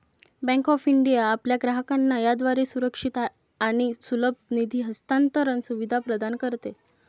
bank of India आपल्या ग्राहकांना याद्वारे सुरक्षित आणि सुलभ निधी हस्तांतरण सुविधा प्रदान करते